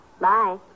Bye